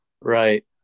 Right